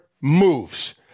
moves